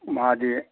ꯃꯥꯗꯤ